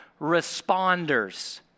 responders